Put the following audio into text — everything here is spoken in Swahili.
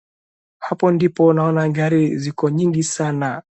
Hapo ndipo naona gari ziko nyingi sana